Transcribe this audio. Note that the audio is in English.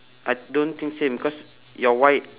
I don't think same because your white